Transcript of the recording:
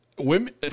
Women